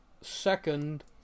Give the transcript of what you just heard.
second